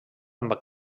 amb